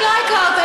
אני לא אקרא אותה.